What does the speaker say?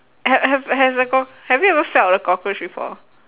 have have has a cock~ have you ever felt a cockroach before